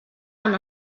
han